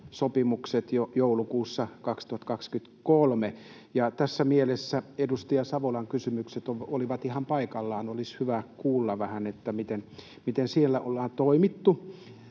sopimukset jo joulukuussa 2023. Tässä mielessä edustaja Savolan kysymykset olivat ihan paikallaan. Olisi hyvä kuulla vähän, miten siellä ollaan toimittu.